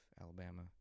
Alabama